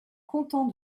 content